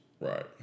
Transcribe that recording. right